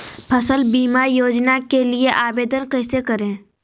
फसल बीमा योजना के लिए आवेदन कैसे करें?